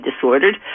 disordered